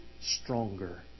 stronger